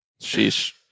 Sheesh